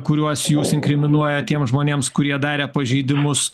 kuriuos jūs inkriminuojat tiems žmonėms kurie darė pažeidimus